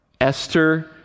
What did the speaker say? Esther